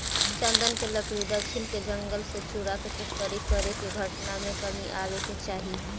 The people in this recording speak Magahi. चन्दन के लकड़ी दक्षिण के जंगल से चुराके तस्करी करे के घटना में कमी आवे के चाहि